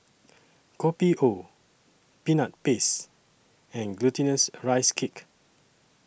Kopi O Peanut Paste and Glutinous Rice Cake